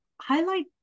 highlight